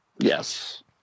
Yes